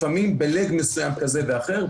לפעמים ב-Leg מסוים כזה ואחר.